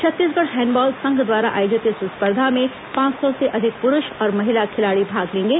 Chhattisgarh handball संघ द्वारा आयोजित इस स्पर्धा में पांच सौ से अधिक पुरूष और महिला खिलाड़ी भाग लेंगे